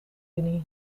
juni